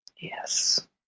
Yes